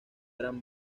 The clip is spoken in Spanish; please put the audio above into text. eran